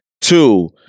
two